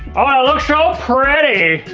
oh, i look so pretty!